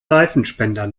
seifenspender